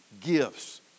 gifts